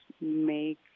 make